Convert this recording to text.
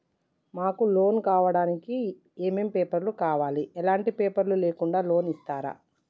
మాకు లోన్ కావడానికి ఏమేం పేపర్లు కావాలి ఎలాంటి పేపర్లు లేకుండా లోన్ ఇస్తరా?